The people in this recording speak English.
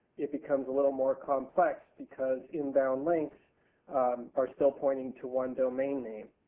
it becomes a little more complex because inbound links are still pointing to one domain name.